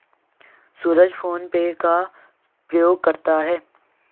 सूरज PhonePe का प्रयोग करता है